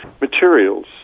materials